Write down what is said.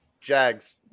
Jags